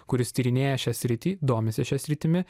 kuris tyrinėja šią sritį domisi šia sritimi